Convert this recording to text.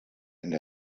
and